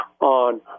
on